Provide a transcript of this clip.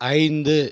ஐந்து